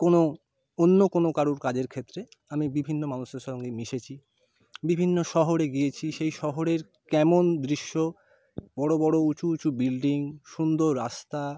কোনও অন্য কোনও কারুর কাজের ক্ষেত্রে আমি বিভিন্ন মানুষের সঙ্গে মিশেছি বিভিন্ন শহরে গিয়েছি সেই শহরের কেমন দৃশ্য বড় বড় উঁচু উঁচু বিল্ডিং সুন্দর রাস্তা